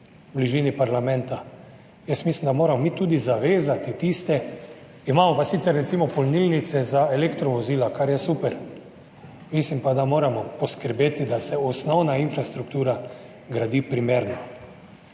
v bližini parlamenta. Mislim, da moramo mi tudi zavezati tiste. Imamo pa sicer recimo polnilnice za elektrovozila, kar je super, mislim pa, da moramo poskrbeti, da se osnovna infrastruktura gradi primerno.